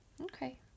okay